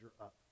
up